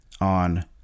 on